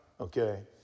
Okay